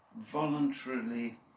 voluntarily